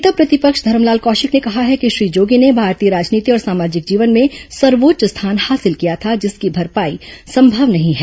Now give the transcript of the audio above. नेता प्रतिपक्ष धरमलाल कौशिक ने कहा है कि श्री जोगी ने भारतीय राजनीति और सामाजिक जीवन में सर्वोच्च स्थान हासिल किया था जिसकी भरपाई संभव नहीं है